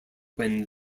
when